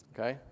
Okay